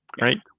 right